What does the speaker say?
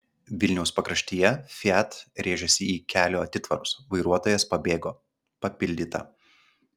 vilniaus pakraštyje fiat rėžėsi į kelio atitvarus vairuotojas pabėgo papildyta